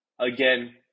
again